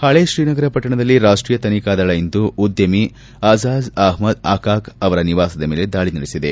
ಹಳೆ ತ್ರೀನಗರ ಪಟ್ಟಣದಲ್ಲಿ ರಾಷ್ಟೀಯ ತನಿಖಾ ದಳ ಇಂದು ಉದ್ದಮಿ ಅಜಾಜ್ ಅಹಮದ್ ಹಕಾಕ್ ಅವರ ನಿವಾಸದ ಮೇಲೆ ದಾಳಿ ನಡೆಸಿದೆ